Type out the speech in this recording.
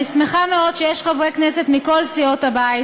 אני שמחה מאוד שיש חברי כנסת מכל סיעות הבית